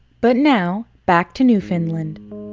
but now, back to newfoundland.